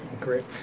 Great